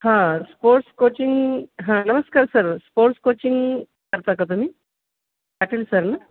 हां sports coaching हां नमस्कार सर स्पोर्ट्स कोचिंग करता का तुम्ही पाटील सर नां